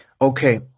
Okay